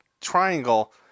triangle